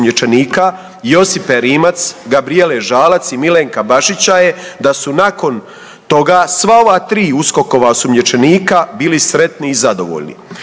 Josipe Rimac, Gabrijele Žalac i Milenka Bašića je da su nakon toga sva ova 3 USKOK-ova osumnjičenika bili sretni i zadovoljni.